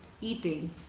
eating